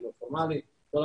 החינוך הפורמלי וכולי.